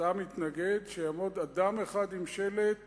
אתה מתנגד שיעמוד אדם אחד עם שלט